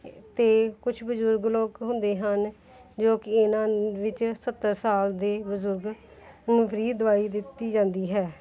ਅਤੇ ਕੁਛ ਬਜ਼ੁਰਗ ਲੋਕ ਹੁੰਦੇ ਹਨ ਜੋ ਕਿ ਇਹਨਾਂ ਵਿੱਚ ਸੱਤਰ ਸਾਲ ਦੇ ਬਜ਼ੁਰਗ ਨੂੰ ਫਰੀ ਦਵਾਈ ਦਿੱਤੀ ਜਾਂਦੀ ਹੈ